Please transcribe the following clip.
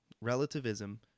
relativism